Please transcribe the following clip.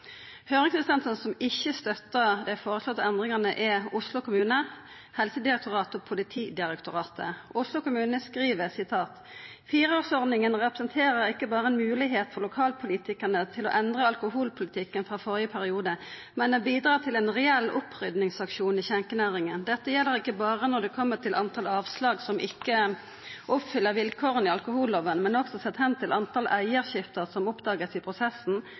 som ikkje støttar dei føreslåtte endringane, er Oslo kommune, Helsedirektoratet og Politidirektoratet. Oslo kommune skriv: «Fireårsordningen representerer ikke bare en mulighet for lokalpolitikerne til å endre alkoholpolitikken fra forrige periode, men den bidrar til en reell opprydningsaksjon i skjenkenæringen. Dette gjelder ikke bare når det kommer til antall avslag som ikke oppfyller vilkårene i alkoholloven, men også sett hen til antall eierskifter som oppdages i prosessen